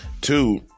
two